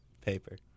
Paper